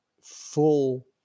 full